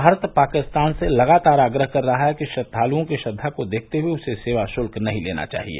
भारत पाकिस्तान से लगातार आग्रह कर रहा है कि श्रद्वालुओं की श्रद्वा को देखते हुए उसे सेवा शुल्क नहीं लेना चाहिए